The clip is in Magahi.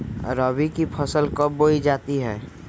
रबी की फसल कब बोई जाती है?